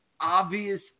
obvious